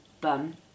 bum